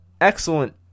excellent